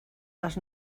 les